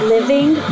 Living